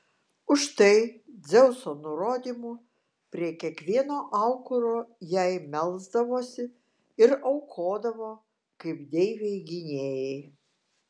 už tai dzeuso nurodymu prie kiekvieno aukuro jai melsdavosi ir aukodavo kaip deivei gynėjai